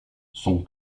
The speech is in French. son